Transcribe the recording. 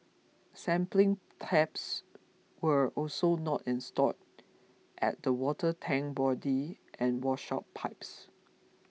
sampling taps were also not installed at the water tank body and washout pipes